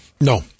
No